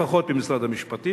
לפחות במשרד המשפטים,